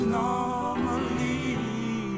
normally